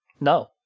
No